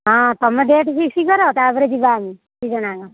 ହଁ ତମେ date fix କର ତା'ପରେ ଯିବା ଆମେ ଦୁଇ ଜଣ ଯାକ